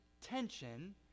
tension